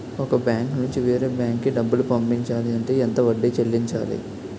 ఒక బ్యాంక్ నుంచి వేరే బ్యాంక్ కి డబ్బులు పంపించాలి అంటే ఎంత వడ్డీ చెల్లించాలి?